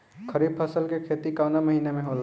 खरीफ फसल के खेती कवना महीना में होला?